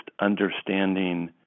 understanding